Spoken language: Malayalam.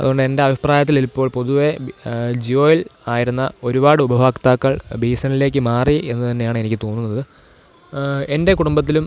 അതു കൊണ്ടെൻ്റഭിപ്രായത്തിലിപ്പോൾ പൊതുവെ ജിയോയിൽ ആയിരുന്ന ഒരുപാട് ഉപഭോക്താക്കൾ ബി എസ് എൻ എല്ലിലേക്ക് മാറി എന്നു തന്നെയാണെനിക്ക് തോന്നുന്നത് എൻ്റെ കുടുംബത്തിലും